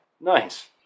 Nice